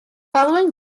following